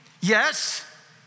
Yes